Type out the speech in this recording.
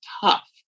tough